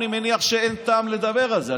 אני מניח שאין טעם לדבר על זה.